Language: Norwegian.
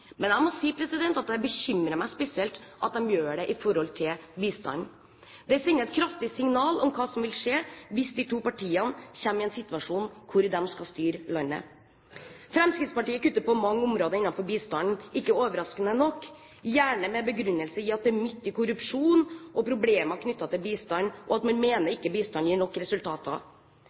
men jeg må si at det bekymrer meg spesielt at de gjør det på bistandsområdet. Det sender et kraftig signal om hva som vil skje hvis de to partiene kommer i en situasjon hvor de skal styre landet. Fremskrittspartiet kutter på mange områder innenfor bistanden, ikke overraskende, gjerne med den begrunnelse at det er mye korrupsjon og problemer knyttet til bistanden, og at man mener at bistanden ikke gir nok resultater.